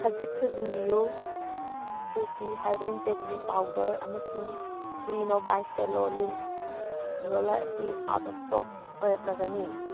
ꯈꯖꯤꯛ ꯊꯨꯖꯤꯟꯕꯤꯌꯨ Shruti herbal jaggery powder ꯑꯃꯁꯨꯡ Kleeno by Cello lint roller ꯑꯁꯤ ꯑꯥꯎꯠ ꯑꯣꯐ ꯏꯁꯇꯣꯛ ꯑꯣꯏꯔꯛꯂꯒꯅꯤ